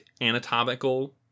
anatomical